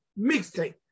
Mixtape